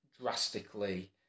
drastically